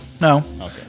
no